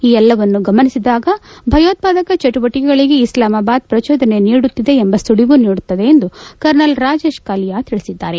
ಈ ಎಲ್ಲವನ್ನೂ ಗಮನಿಸಿದಾಗ ಭಯೋತ್ವಾದಕ ಚಟುವಟಿಕೆಗಳಿಗೆ ಇಸ್ಲಮಾಬಾದ್ ಪ್ರಚೋದನೆ ನೀಡುತ್ತಿದೆ ಎಂಬ ಸುಳಿವು ನೀಡುತ್ತದೆ ಎಂದು ಕರ್ನಲ್ ರಾಜೇಶ್ ಕಾಲಿಯ ತಿಳಿಸಿದ್ದಾರೆ